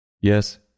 Yes